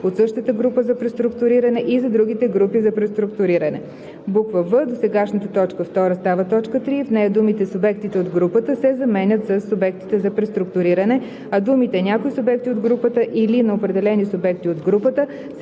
от същата група за преструктуриране, и за другите групи за преструктуриране;“ в) досегашната т. 2 става т. 3 и в нея думите „субектите от групата“ се заменят със „субектите за преструктуриране“, а думите „някои субекти от групата, или на определени субекти от групата“